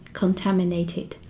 contaminated